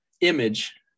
image